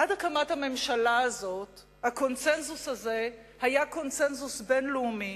עד הקמת הממשלה הזאת הקונסנזוס הזה היה קונסנזוס בין-לאומי,